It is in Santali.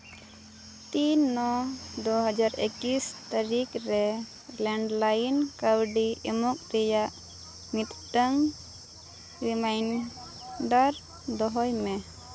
ᱛᱤᱱ ᱱᱚ ᱫᱩ ᱦᱟᱡᱟᱨ ᱮᱠᱤᱥ ᱛᱟᱹᱨᱤᱠᱷ ᱨᱮ ᱞᱮᱱᱰᱞᱟᱭᱤᱱ ᱠᱟᱹᱣᱰᱤ ᱮᱢᱚᱜ ᱨᱮᱭᱟᱜ ᱢᱤᱫᱴᱟᱝ ᱨᱤᱢᱟᱭᱤᱱᱰᱟᱨ ᱫᱚᱦᱚᱭ ᱢᱮ